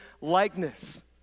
likeness